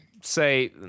say